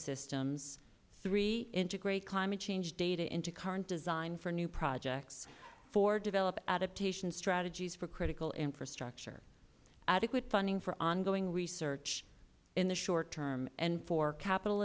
systems three integrate climate change data into current design for new projects four develop adaptation strategies for critical infrastructure adequate funding for ongoing research in the short term and for capital